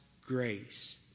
grace